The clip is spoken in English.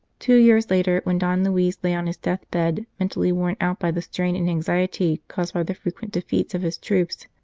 two years later, when don luis lay on his death bed mentally worn out by the strain and anxiety caused by the frequent defeats of his troops,